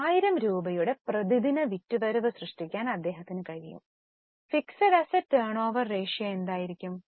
1000 രൂപയുടെ പ്രതിദിന വിറ്റുവരവ് സൃഷ്ടിക്കാൻ അദ്ദേഹത്തിന് കഴിയും ഫിക്സഡ് അസ്സെറ്റ് ടേൺഓവർ റേഷ്യോ എന്തായിരിക്കും